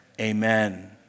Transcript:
Amen